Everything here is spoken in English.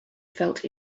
felt